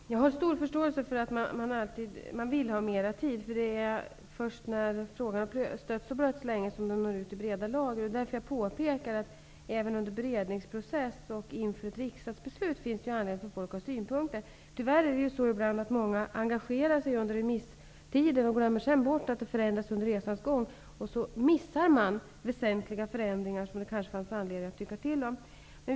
Herr talman! Jag har stor förståelse för att man vill ha mer tid, eftersom det är först när en fråga har stötts och blötts länge som den når ut till de breda lagren. Det är därför jag påpekar att det även under en beredningsprocess och inför ett riksdagsbeslut finns anledning för folk att ha synpunkter. Tyvärr är det ibland så att många engagerar sig under remisstiden och sedan glömmer bort att förslaget förändras under resans gång. På så sätt missar man väsentliga förändringar, som det kanske fanns anledning att tycka till om.